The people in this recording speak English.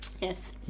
Yes